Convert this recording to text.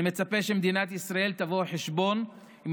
אני מצפה שמדינת ישראל תבוא חשבון עם